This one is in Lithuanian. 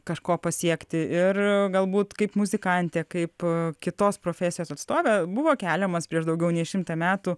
kažko pasiekti ir galbūt kaip muzikantė kaip kitos profesijos atstovė buvo keliamas prieš daugiau nei šimtą metų